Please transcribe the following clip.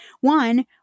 One